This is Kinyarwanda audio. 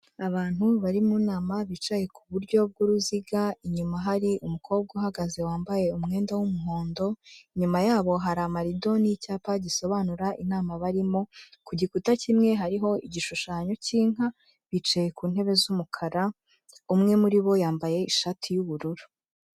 Abantu bari mu nama bicaye ku buryo bw'uruziga, inyuma hari umukobwa uhagaze wambaye umwenda w'umuhondo, inyuma yabo hari amarido n' icyapa gisobanura inama barimo, ku gikuta kimwe hariho igishushanyo cy'inka, bicaye ku ntebe z'umukara umwe muri bo yambaye ishati y'ubururu.